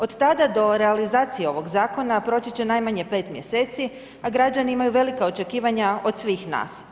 Od tada do realizacije ovog zakona proći će najmanje 5 mjeseci, a građani imaju velika očekivanja od svih nas.